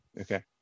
Okay